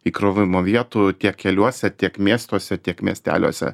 įkrovimo vietų tiek keliuose tiek miestuose tiek miesteliuose